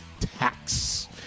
tax